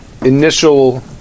initial